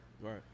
right